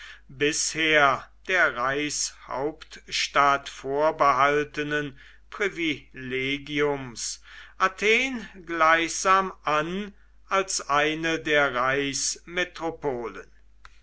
bisher der reichshauptstadt vorbehaltenen privilegiums athen gleichsam an als eine der